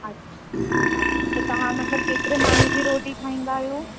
अच्छा अच्छा त तहां मतिलब केतिरे माण्हूनि जी रोटी ठाहींदा आहियो